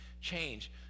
change